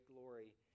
glory